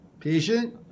Patient